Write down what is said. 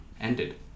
ended